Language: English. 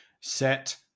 set